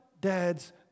dads